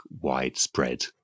widespread